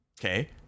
okay